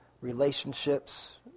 relationships